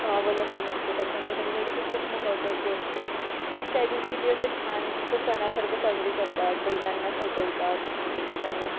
अवलंबून असतं त्याच्यामुळे त्यांच्यासाठी ते खूप महत्त्वाची असते मग त्या दिवशी ते असं छान असं सणासारखं साजरी करतात बैलांना सजवतात छानपैकी त्यांना